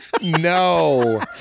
No